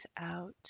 out